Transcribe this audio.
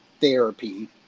therapy